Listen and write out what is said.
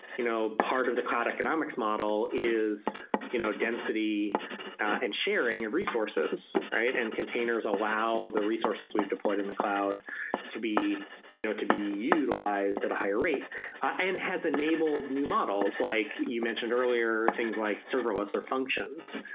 you know part of the cloud economics model is you know density and sharing of resources and containers allow the resources we've deployed in the cloud to be you know to be utilized at a higher rate and has enabled new models. like you mentioned earlier, things like serverless or functions.